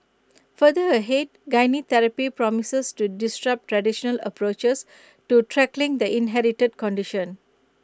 further ahead gene therapy promises to disrupt traditional approaches to tackling the inherited condition